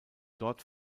dort